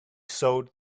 sewed